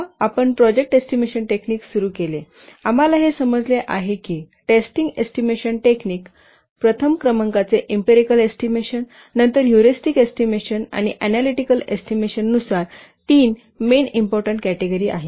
पहा आपण project estimation technique सुरू केले आम्हाला हे समजले आहे की टेस्टिंग एस्टिमेशन टेक्निक प्रथम क्रमांकाचे इम्पिरिकल एस्टिमेशन नंतर हयूरिस्टिक एस्टिमेशन आणि ऍनालीटीकल एस्टिमेशन नुसार 3 मेन इम्पॉर्टन्ट कॅटेगरी आहेत